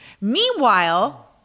Meanwhile